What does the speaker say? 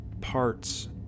parts